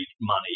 money